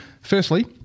Firstly